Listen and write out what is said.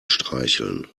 streicheln